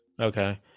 Okay